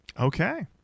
okay